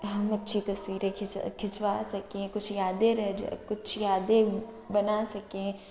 ہم اچھی تصویریں کھچ کھینچوا سکیں کچھ یادیں رہ جا کچھ یادیں بنا سکیں